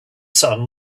son